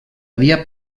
havia